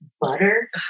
Butter